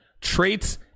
traits